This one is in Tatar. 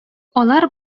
алар